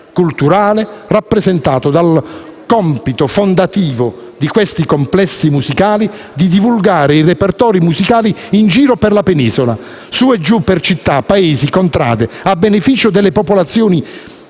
culturale, rappresentato dal compito fondativo di divulgare i repertori musicali in giro per la Penisola, su e giù per città, paesi e contrade, a beneficio delle popolazioni